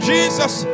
Jesus